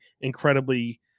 incredibly